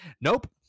nope